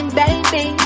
baby